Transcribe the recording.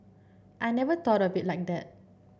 I never thought of it like that